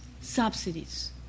subsidies